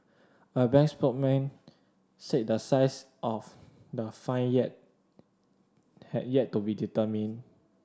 a bank spokesman said the size of the fine yet had yet to be determined